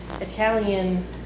Italian